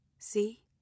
See